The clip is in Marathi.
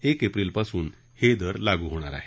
एक एप्रिलपासून हे दर लागू होणार आहेत